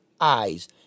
eyes